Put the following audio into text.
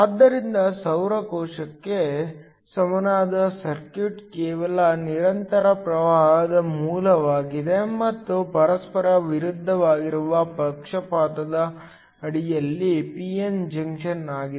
ಆದ್ದರಿಂದ ಸೌರ ಕೋಶಕ್ಕೆ ಸಮನಾದ ಸರ್ಕ್ಯೂಟ್ ಕೇವಲ ನಿರಂತರ ಪ್ರವಾಹದ ಮೂಲವಾಗಿದೆ ಮತ್ತು ಪರಸ್ಪರ ವಿರುದ್ಧವಾಗಿರುವ ಪಕ್ಷಪಾತದ ಅಡಿಯಲ್ಲಿ p n ಜಂಕ್ಷನ್ ಆಗಿದೆ